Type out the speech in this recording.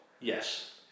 Yes